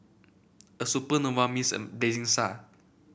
a Supernova means a blazing star